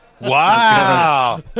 Wow